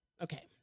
okay